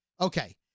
Okay